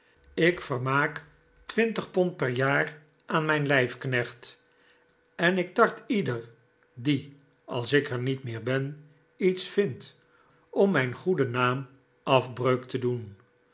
ik vermaak twintig pond per jaar aan mijn lijf knecht en ik tart ieder die als ik er niet meer ben iets vindt om mijn goeden naam afbreuk te doen